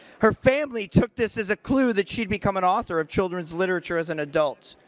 her family took this as a clue that she'd become an author of children's literature as an adult.